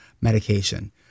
medication